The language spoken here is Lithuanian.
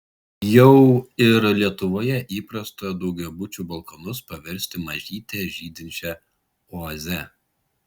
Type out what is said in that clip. jau ir lietuvoje įprasta daugiabučių balkonus paversti mažyte žydinčia oaze